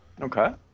Okay